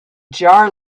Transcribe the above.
jar